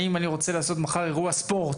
אם אני רוצה לעשות מחר אירוע ספורט,